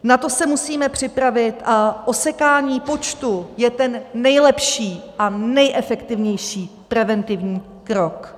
Na to se musíme připravit a osekání počtu je ten nejlepší a nejefektivnější preventivní krok.